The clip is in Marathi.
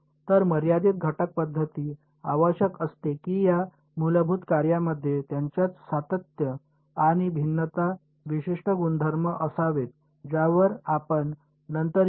तर मर्यादित घटक पद्धती आवश्यक असते की या मूलभूत कार्येमध्ये त्यांच्यात सातत्य आणि भिन्नता विशिष्ट गुणधर्म असावेत ज्यावर आपण नंतर येऊ